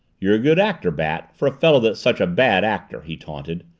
you're a good actor, bat, for a fellow that's such a bad actor! he taunted.